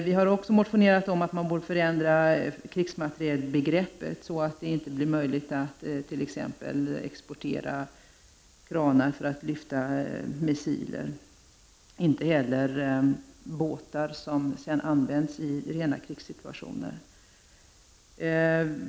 Vi har också motionerat om att krigsmaterielbegreppet borde förändras så att det inte blir möjligt att t.ex. exportera kranar som skall användas till att lyfta missiler eller båtar som sedan används i rena krigssituationer.